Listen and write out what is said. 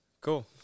cool